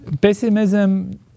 Pessimism